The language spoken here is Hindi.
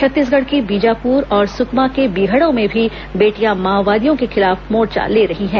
छत्तीसगढ़ की बीजापुर और सुकमा के बिहड़ों में भी बेटियां माओवादियों के खिलाफ मोर्चा ले रही हैं